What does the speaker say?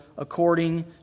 according